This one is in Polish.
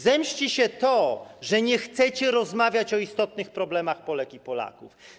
Zemści się to, że nie chcecie rozmawiać o istotnych problemach Polek i Polaków.